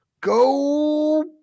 Go